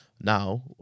Now